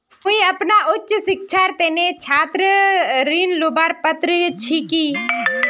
मुई अपना उच्च शिक्षार तने छात्र ऋण लुबार पत्र छि कि?